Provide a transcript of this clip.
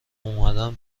اومدم